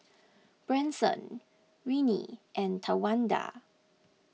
Branson Ryne and Tawanda